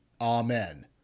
Amen